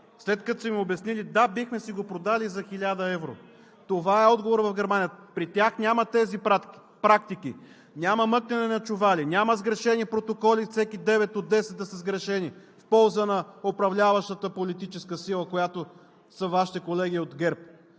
След като са им обяснили: да, бихме си го продали за 1000 евро. Това е отговорът в Германия. При тях няма тези практики, няма мъкнене на чували, няма сгрешени протоколи всеки девет от десет да са сгрешени в полза на управляващата политическа сила, която са Вашите колеги от ГЕРБ.